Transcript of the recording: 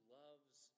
loves